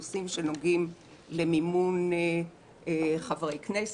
נושאים שנוגעים למימון חברי כנסת,